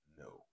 no